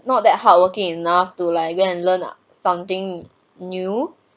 not that hardworking enough to like go and learn something new